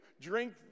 Drink